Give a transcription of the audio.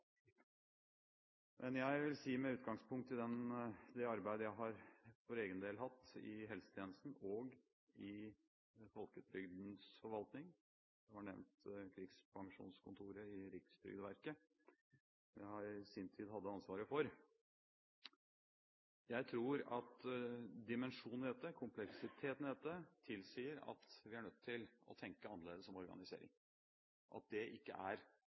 arbeidet jeg har hatt for egen del i helsetjenesten og i folketrygdens forvaltning – krigspensjonskontoret i Rikstrygdeverket var nevnt, som jeg i sin tid hadde ansvaret for – at jeg tror at dimensjonen i dette, kompleksiteten i dette, tilsier at vi er nødt til å tenke annerledes om organisering. Det er ikke særomsorg, særtjenester eller særbehandling, men det er